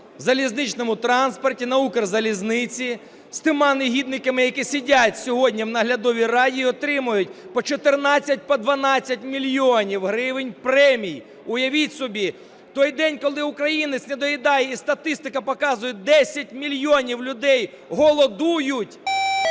у залізничному транспорті на Укрзалізниці, з тими негідниками, які сидять сьогодні у наглядовій раді і отримують по 14, по 12 мільйонів гривень премій. Уявіть собі, в той день, коли українець недоїдає і статистика показує, 10 мільйонів людей голодують,